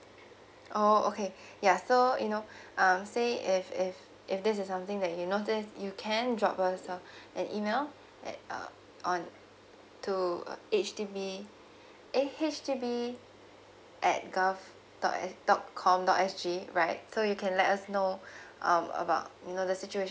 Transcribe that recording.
oh okay ya so you know um say if if if this is something that you notice you can drop us an email at uh on to uh H_D_B err H_D_B at gov dot S dot com dot S G right so you can let us know um about you know the situation